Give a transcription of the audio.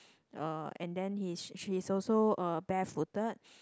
uh and then he's she's also uh bare footed